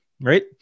Right